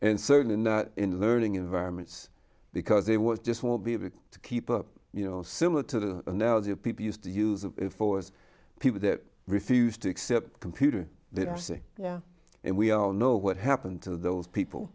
and certainly not in learning environments because they were just won't be able to keep up you know similar to the analogy of people used to use of force people that refused to accept computer they're saying yeah and we all know what happened to those people